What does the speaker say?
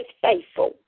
faithful